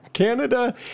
Canada